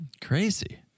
Crazy